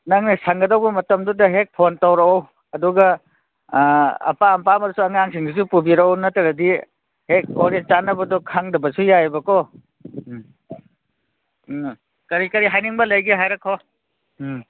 ꯅꯪꯅ ꯁꯪꯒꯗꯧꯕ ꯃꯇꯝꯗꯨꯗ ꯍꯦꯛ ꯐꯣꯟ ꯇꯧꯔꯛꯎ ꯑꯗꯨꯒ ꯑꯄꯥꯝ ꯑꯄꯥꯝꯕꯗꯨꯁꯨ ꯑꯉꯥꯡꯁꯤꯡꯗꯨꯁꯨ ꯄꯨꯕꯤꯔꯛꯎ ꯅꯠꯇ꯭ꯔꯗꯤ ꯍꯦꯛ ꯑꯣ ꯍꯦꯛ ꯆꯥꯟꯅꯕꯗꯣ ꯈꯪꯗꯕꯁꯨ ꯌꯥꯏꯌꯦꯕꯀꯣ ꯎꯝ ꯎꯝ ꯀꯔꯤ ꯀꯔꯤ ꯍꯥꯏꯅꯤꯡꯕ ꯂꯩꯒꯦ ꯍꯥꯏꯔꯛꯈꯣ ꯎꯝ